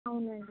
అవునండి